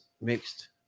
mixed